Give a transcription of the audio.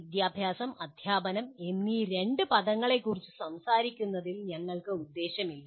വിദ്യാഭ്യാസം അദ്ധ്യാപനം എന്നീ രണ്ട് പദങ്ങളെക്കുറിച്ച് സംസാരിക്കുന്നതിൽ ഞങ്ങൾക്ക് ഉദ്ദേശ്യമല്ല